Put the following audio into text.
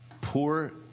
poor